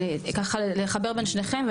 לחבר בין שניכם,